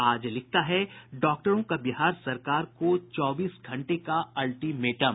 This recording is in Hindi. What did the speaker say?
आज लिखता है डॉक्टरों का बिहार सरकार को चौबीस घंटे का अल्टीमेटम